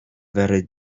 very